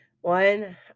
one